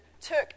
took